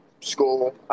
school